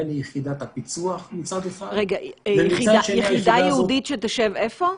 ביחידת הפיצוח מצד אחד --- יחידה ייעודית שתשב איפה?